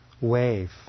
wave